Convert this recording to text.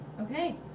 Okay